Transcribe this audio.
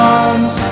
arms